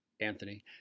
Anthony